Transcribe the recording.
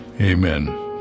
Amen